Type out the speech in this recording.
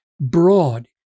broad